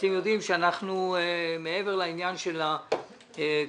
ואתם יודעים שמעבר לעניין של קריאת